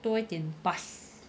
多一点 bus